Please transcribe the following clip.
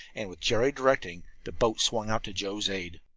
and, with jerry directing, the boat swung out to joe's aid.